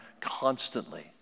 constantly